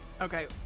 Okay